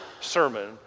sermon